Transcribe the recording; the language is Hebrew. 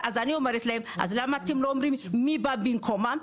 אין דבר כזה בממשלה כשמנהלים ממשלה,